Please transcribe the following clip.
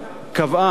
לא נהוג,